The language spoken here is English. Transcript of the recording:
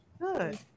Good